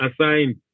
assigned